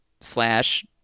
slash